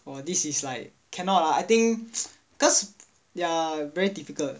!wah! this is like cannot lah I think cause they're very difficult